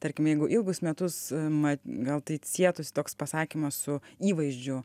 tarkim jeigu ilgus metus mat gal tai sietųsi toks pasakymas su įvaizdžiu